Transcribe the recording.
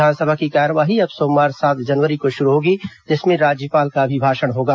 विधानसभा की कार्यवाही अब सोमवार सात जनवरी को शुरू होगी जिसमें राज्यपाल का अभिभाषण होगा